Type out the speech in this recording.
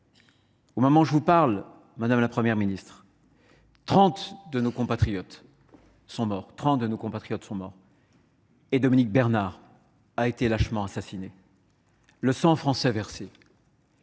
au moment où je vous parle, trente de nos compatriotes sont morts et Dominique Bernard a été lâchement assassiné. Le sang français versé.